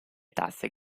tasse